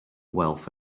wealth